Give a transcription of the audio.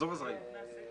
את הדיון.